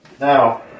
Now